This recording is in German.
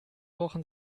wochen